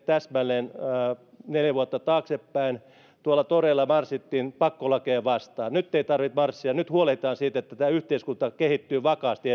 täsmälleen neljä vuotta taaksepäin toreilla marssittiin pakkolakeja vastaan nyt ei tarvitse marssia nyt huolehditaan siitä että tämä yhteiskunta kehittyy vakaasti